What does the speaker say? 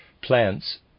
Plants